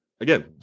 Again